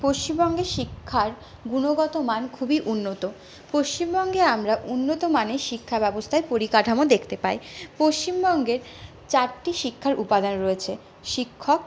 পশ্চিমবঙ্গে শিক্ষার গুণগত মান খুবই উন্নত পশ্চিমবঙ্গে আমরা উন্নতমানের শিক্ষা ব্যবস্থার পরিকাঠামো দেখতে পাই পশ্চিমবঙ্গের চারটি শিক্ষার উপাদান রয়েছে শিক্ষক